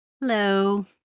hello